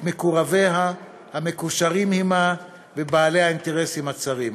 מקורביה המקושרים עמה ובעלי האינטרסים הצרים.